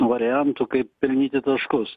variantų kaip pelnyti taškus